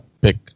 pick